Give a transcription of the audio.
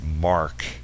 Mark